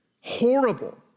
horrible